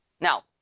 now